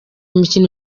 imikino